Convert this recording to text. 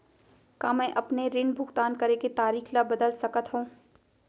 का मैं अपने ऋण भुगतान करे के तारीक ल बदल सकत हो?